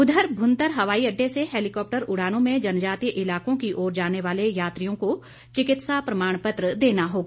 उधर भुंतर हवाई अड्डे से हैलीकॉप्टर उड़ानों में जनजातीय इलाकों की ओर जाने वाले यात्रियों को चिकित्सा प्रमाण पत्र देना होगा